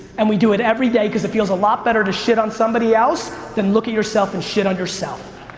and we do it every day cause it feels a lot better to shit on somebody else than look at yourself and shit on yourself.